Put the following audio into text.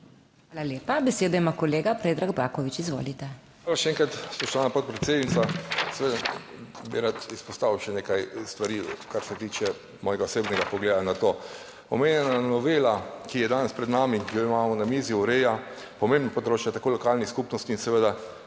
Hvala lepa, besedo ima kolega Predrag Baković, izvolite. PREDRAG BAKOVIĆ (PS SD): Hvala še enkrat, spoštovana podpredsednica. Seveda bi rad izpostavil še nekaj stvari, kar se tiče mojega osebnega pogleda na to. Omenjena novela, ki je danes pred nami, ki jo imamo na mizi, ureja pomembno področje tako lokalnih skupnosti in seveda